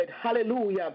Hallelujah